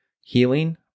healing